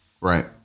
right